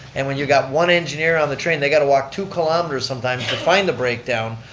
and when you got one engineer on the train, they got to walk two kilometers sometime to find the breakdown.